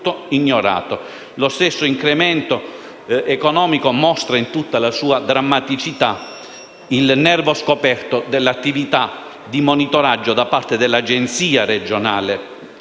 Lo stesso incremento economico mostra in tutta la sua drammaticità il nervo scoperto dell'attività di monitoraggio da parte dell'Agenzia regionale